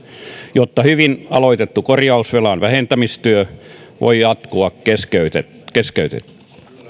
jotta hyvin aloitettu korjausvelan vähentämistyö voi jatkua keskeytyksettä keskeytyksettä